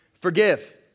forgive